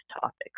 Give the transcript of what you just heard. topics